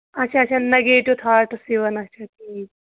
اچھا اچھا negative thoughts یِوان اچھا ٹھیٖک